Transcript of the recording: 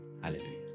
Hallelujah